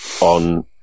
on